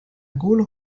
gaule